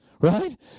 right